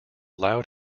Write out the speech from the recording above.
loud